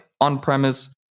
on-premise